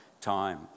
time